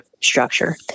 structure